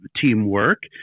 teamwork